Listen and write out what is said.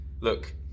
look